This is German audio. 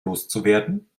loszuwerden